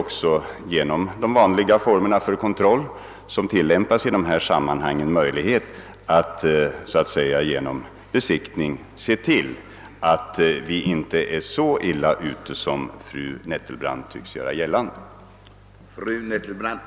även vid den normala kontroll som förekommer finns det möjligheter att vid besiktning se till att förhållandena inte är så dåliga som fru Nettelbrandt tycks vilja göra gällande.